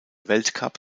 weltcup